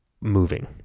moving